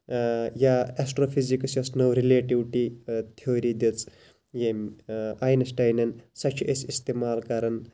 یا astrophysics یۄس نٔو رِلیٹِوٹی تھیوری دِژ یمۍ آینَسٹاینَن سۄ چھِ أسۍ اِستِمال کَران